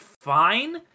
fine